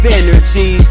energy